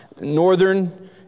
northern